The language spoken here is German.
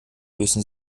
müssen